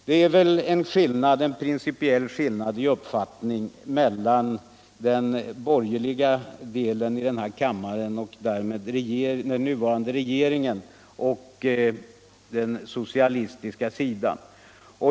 Det finns väl en principiell skillnad i uppfattning mellan den borgerliga delen av denna kammare och därmed den nuvarande regeringen och den socialistiska delen.